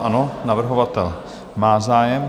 Ano, navrhovatel má zájem.